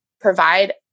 provide